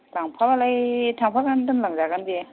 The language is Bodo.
लांफाबालाय थांफानानै दोनलां जागोन बे